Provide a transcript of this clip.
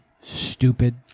stupid